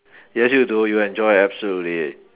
he ask you to do you enjoy absolutely it